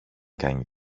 κάνει